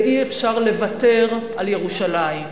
ואי-אפשר לוותר על ירושלים,